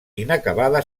inacabada